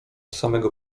samego